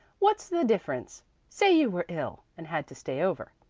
what's the difference say you were ill and had to stay over,